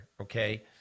Okay